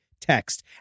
text